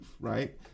right